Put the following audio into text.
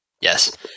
Yes